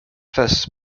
first